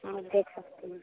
हाँ देख सकते हैं